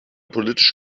politisch